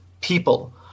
people